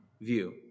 view